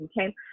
okay